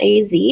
AZ